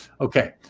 Okay